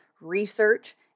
research